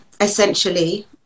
essentially